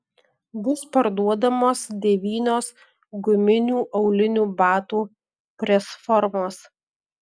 bus parduodamos devynios guminių aulinių batų presformos